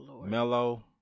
Melo